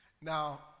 Now